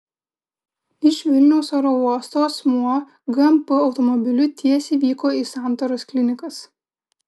iš vilniaus oro uosto asmuo gmp automobiliu tiesiai vyko į santaros klinikas